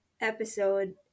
episode